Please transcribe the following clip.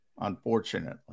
unfortunately